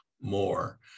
more